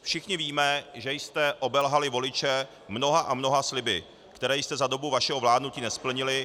Všichni víme, že jste obelhali voliče mnoha a mnoha sliby, které jste za dobu vašeho vládnutí nesplnili